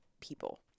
people